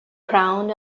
crown